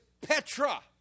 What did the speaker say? Petra